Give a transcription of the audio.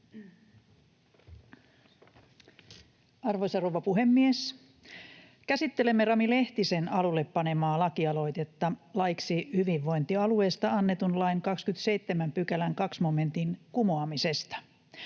Arvoisa rouva puhemies! Käsittelemme Rami Lehtisen alulle panemaa lakialoitetta laiksi hyvinvointialueesta annetun lain 27 §:n 2 momentin kumoamisesta.